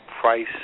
price